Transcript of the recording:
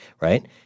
right